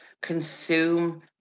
Consume